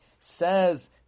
says